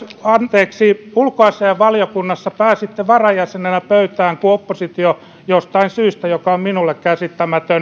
te ulkoasiainvaliokunnassa pääsitte varajäsenenä pöytään kun oppositio jostain syystä joka on minulle käsittämätön